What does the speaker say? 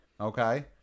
Okay